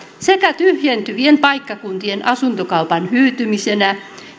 sekä tyhjentyvien paikkakuntien asuntokaupan hyytymisenä